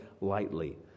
lightly